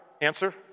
Answer